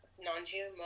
Non-GMO